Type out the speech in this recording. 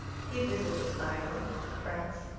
he visited ireland, france,